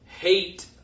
hate